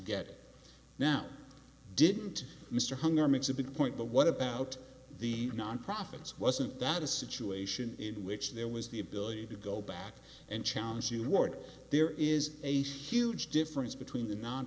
it now didn't mr hunger makes a big point but what about the nonprofits wasn't that a situation in which there was the ability to go back and challenge you ward there is a huge difference between the non